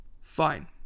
Fine